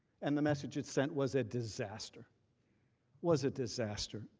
and the message is sent was a disaster was a disaster.